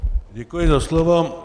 Děkuji za slovo.